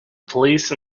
police